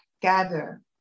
gather